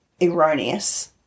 erroneous